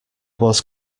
was